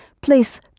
Place